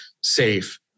safe